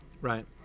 right